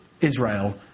Israel